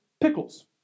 pickles